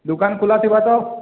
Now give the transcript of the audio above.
ଦୁକାନ ଖୁଲାଥିବ ତ